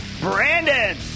Brandon